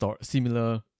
similar